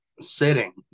sitting